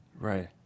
right